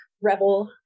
rebel